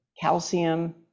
Calcium